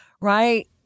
right